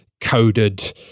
coded